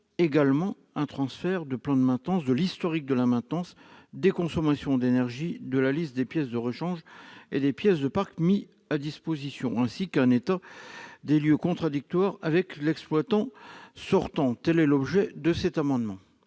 nécessite un transfert du plan de maintenance, de l'historique de la maintenance et des consommations d'énergie, de la liste des pièces de rechange et des pièces de parc mises à disposition, ainsi qu'un état des lieux contradictoire avec l'exploitant sortant. L'amendement